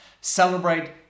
Celebrate